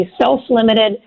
self-limited